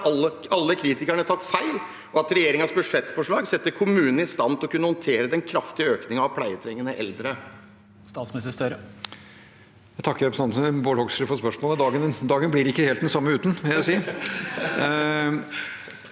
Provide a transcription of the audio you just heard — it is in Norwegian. alle kritikerne tar feil, og at regjeringens budsjettforslag setter kommunene i stand til å kunne håndtere den kraftige økningen av pleietrengende eldre? Statsminister Jonas Gahr Støre Jeg tak- ker representanten Bård Hoksrud for spørsmålet. Dagen blir ikke helt den samme uten, vil jeg si.